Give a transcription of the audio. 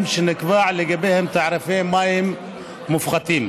שנקבעו לגביהם תעריפי מים מופחתים.